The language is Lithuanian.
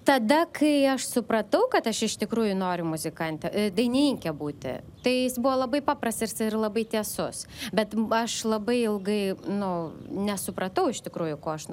tada kai aš supratau kad aš iš tikrųjų noriu muzikante dainininke būti tai jis buvo labai paprastas ir labai tiesus bet aš labai ilgai nu nesupratau iš tikrųjų ko aš